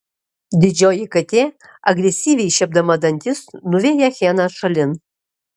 didžioji katė agresyviai šiepdama dantis nuveja hieną šalin